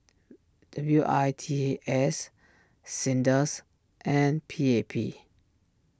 W I T S Sinda's and P A P